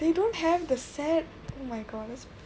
they don't have the set oh my god that's